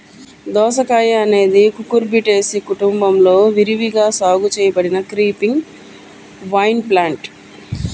దోసకాయఅనేది కుకుర్బిటేసి కుటుంబంలో విరివిగా సాగు చేయబడిన క్రీపింగ్ వైన్ప్లాంట్